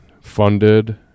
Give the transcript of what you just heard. funded